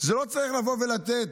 לא צריך לבוא ולתת.